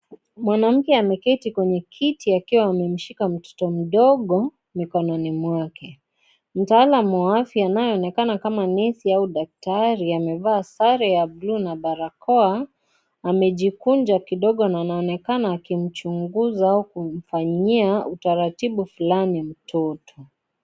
Mwanamke ameketi kwenye kiti akiwa amemshika mtoto mdogo mikononi mwake. Mtaalam wa afya anayeonekana kama nesi au daktari amevaa sare ya blue na barakoa amejikunja kidogo na anaonekana akimchunguza au kumfanyia utaratibu fulani mtoto.